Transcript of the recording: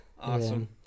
Awesome